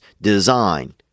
design